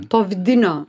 to vidinio